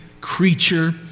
creature